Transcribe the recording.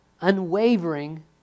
unwavering